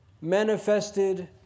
manifested